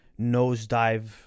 nosedive